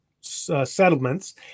settlements